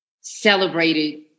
celebrated